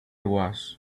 was